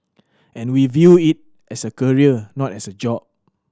and we view it as a career not as a job